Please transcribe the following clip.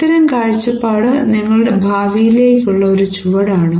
ഇത്തരം കാഴ്ചപ്പാട് നിങ്ങളുടെ ഭാവിയിലേക്കുള്ള ഒരു ചുവടാണ്